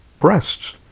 breasts